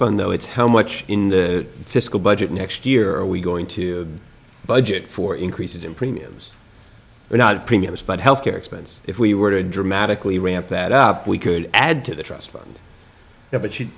fund though it's how much in the fiscal budget next year are we going to budget for increases in premiums or not premiums but health care expense if we were to dramatically ramp that up we could add to the